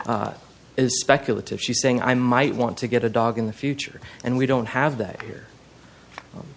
is speculative she's saying i might want to get a dog in the future and we don't have that here